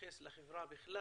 תתייחס לחברה בכלל.